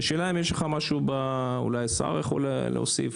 האם יש הצעה ואולי גם השר יוכל להוסיף?